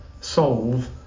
solve